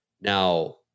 now